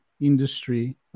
industry